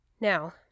Now